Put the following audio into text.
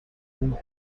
who